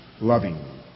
loving